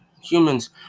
humans